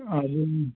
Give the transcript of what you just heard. അതും